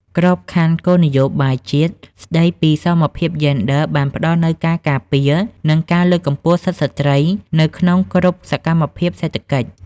ក្របខ័ណ្ឌគោលនយោបាយជាតិស្ដីពីសមភាពយេនឌ័រ បានផ្ដល់នូវការការពារ និងការលើកកម្ពស់សិទ្ធិស្ត្រីនៅក្នុងគ្រប់សកម្មភាពសេដ្ឋកិច្ច។